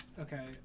okay